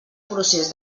procés